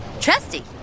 Trusty